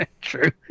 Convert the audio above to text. true